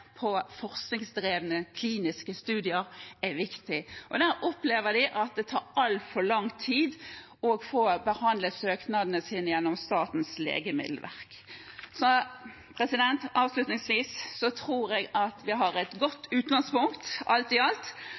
på forskningsdrevne kliniske studier er viktig. De opplever at det tar altfor lang tid å få behandlet søknadene gjennom Statens legemiddelverk. Avslutningsvis: Jeg tror vi har et godt utgangspunkt alt i alt,